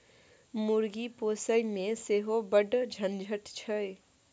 मुर्गी पोसयमे सेहो बड़ झंझट छै